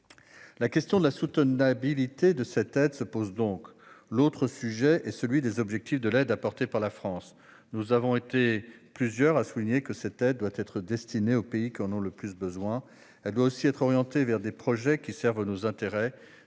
La question de la soutenabilité de cette aide se pose donc, mais on peut aussi s'interroger sur les objectifs de l'aide apportée par la France. Nous avons été plusieurs à souligner que cette aide doit être destinée aux pays qui en ont le plus besoin. Elle doit aussi être orientée vers des projets qui servent nos intérêts.